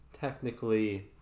Technically